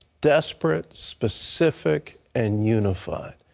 desperate, specific, and unified.